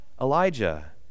Elijah